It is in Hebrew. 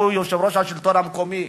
שהוא יושב-ראש השלטון המקומי,